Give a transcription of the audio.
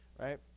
right